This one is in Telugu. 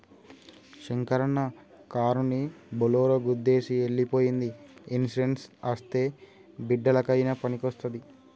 శంకరన్న కారుని బోలోరో గుద్దేసి ఎల్లి పోయ్యింది ఇన్సూరెన్స్ అస్తే బిడ్డలకయినా పనికొస్తాది